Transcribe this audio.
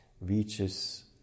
reaches